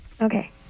Okay